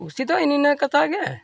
ᱠᱩᱥᱤ ᱫᱚ ᱤᱱᱟᱹ ᱠᱟᱛᱷᱟ ᱜᱮ